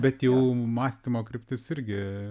bet jau mąstymo kryptis irgi